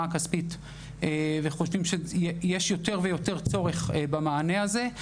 הכספית וחושבים שיש יותר ויותר צורך במענה הזה.